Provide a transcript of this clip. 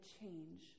change